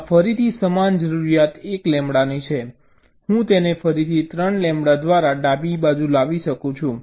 આ ફરીથી સમાન જરૂરિયાત 1 લેમ્બડાની છે હું તેને ફરીથી 3 લેમ્બડા દ્વારા ડાબી બાજુ લાવી શકું છું